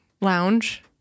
lounge